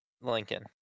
Lincoln